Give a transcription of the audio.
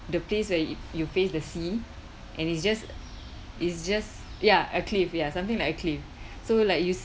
the place where you face the sea and it's just it's just ya a cliff ya something like a cliff so like you